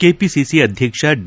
KPCC ಅಧ್ಯಕ್ಷ D